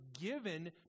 given